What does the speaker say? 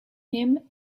him